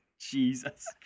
Jesus